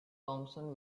thompson